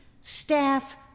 staff